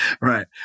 Right